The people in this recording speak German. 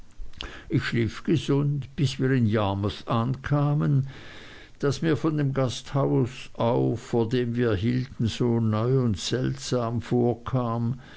ich schlief gesund bis wir in yarmouth ankamen das mir von dem gasthof aus vor dem wir hielten so neu und seltsam vorkam